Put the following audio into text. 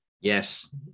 Yes